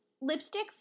lipstick